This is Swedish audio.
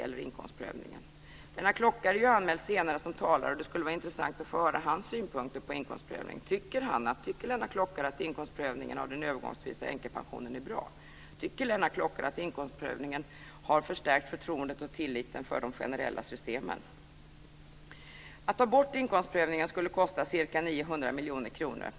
Lennart Klockare är ju anmäld senare som talare, och det skulle vara intressant att få höra hans synpunkter på inkomstprövningen. Tycker Lennart Klockare att inkomstprövningen av den övergångsvisa änkepensionen är bra? Tycker Lennart Klockare att inkomstprövningen har förstärkt förtroendet och tilliten för de generella systemen? Att ta bort inkomstprövningen skulle kosta ca 900 miljoner kronor.